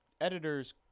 editor's